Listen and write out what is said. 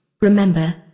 Remember